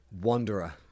wanderer